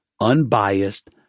unbiased